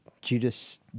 Judas